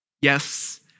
Yes